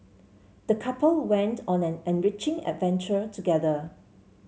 the couple went on an enriching adventure together